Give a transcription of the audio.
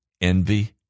Envy